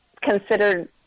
considered